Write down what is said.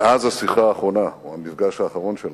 מאז השיחה האחרונה, או המפגש האחרון שלנו,